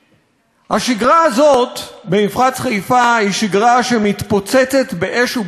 השגרה הזאת במפרץ חיפה היא שגרה שמתפוצצת באש ובעשן רבים,